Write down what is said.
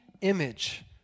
image